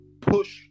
push